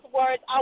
words